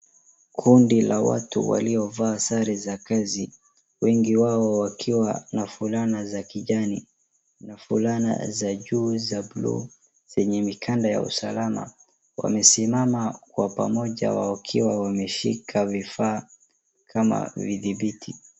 Kundi la watu waliovaa sare za kazi wengi wao wakiwa na fulana za kijani na fulana za juu za blue zenye mikanda ya usalama wamesimama kwa upamoja wakiwa wameshika vifaa kama vidhibiti.